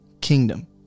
kingdom